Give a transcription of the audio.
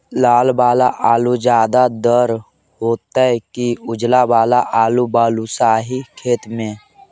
लाल वाला आलू ज्यादा दर होतै कि उजला वाला आलू बालुसाही खेत में?